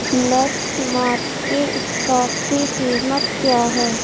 leaks mark کے stock کی قیمت کیا ہے